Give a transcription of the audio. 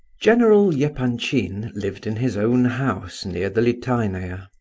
general yeah epanchin lived in his own house near the litaynaya.